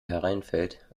hereinfällt